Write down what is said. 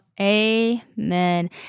Amen